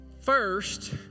first